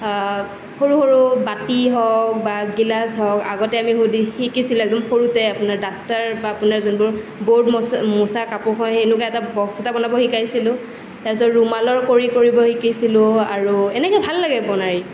সৰু সৰু বাতি হওক বা গিলাচ হওক আগতে সৰুতে শিকিছিলোঁ একদম সৰুতে আপোনাৰ ডাষ্টাৰ বা যোনবোৰ বৰ্ড মোচা মচা কাপোৰ হয় সেইবিলাক ডাষ্টা বনাব শিকাইছিলোঁ তাৰ পিছত ৰুমালৰ কৰি কৰিব শিকিছিলোঁ আৰু এনেকে ভাল লাগে বনাই